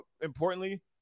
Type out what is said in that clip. importantly